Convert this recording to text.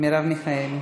מרב מיכאלי.